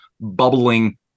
bubbling